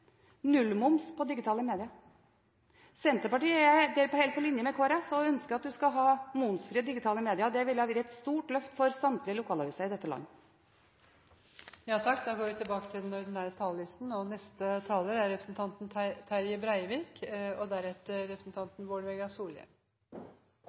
nullmoms på digitale medier. Senterpartiet er der helt på linje med Kristelig Folkeparti og ønsker at man skal ha momsfrie digitale medier. Det ville være et stort løft for samtlige lokalaviser i dette landet. Replikkordskiftet er omme. Saka om pressestøtta starta denne gongen i budsjettdrøftingane mellom Venstre, Kristeleg Folkeparti og